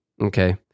okay